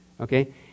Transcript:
Okay